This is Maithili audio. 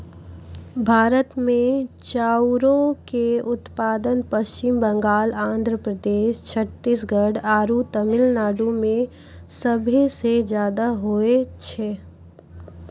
भारत मे चाउरो के उत्पादन पश्चिम बंगाल, आंध्र प्रदेश, छत्तीसगढ़ आरु तमिलनाडु मे सभे से ज्यादा होय छै